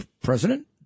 president